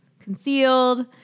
concealed